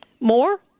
more